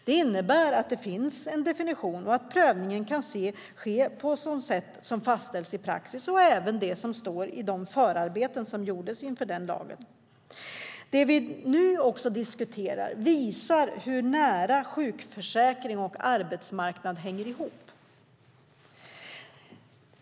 Det innebär att det finns en definition och att prövningen ska ske på det sätt som fastställts i praxis och som står i de förarbeten som gjordes inför införandet av lagen. Det vi nu diskuterar visar hur nära sjukförsäkring och arbetsmarknad hänger ihop.